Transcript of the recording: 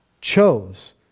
chose